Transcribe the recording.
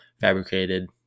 fabricated